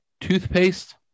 toothpaste